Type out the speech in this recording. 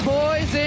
boys